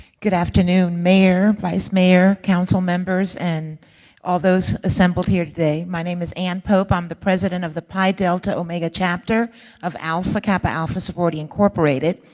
good afternoon, mayor, vice mayor, council members, and all those assembled here today. my name is ann pope. i'm the president of the pi delta omega chapter of alpha kappa alpha sorority, incorporated,